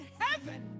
heaven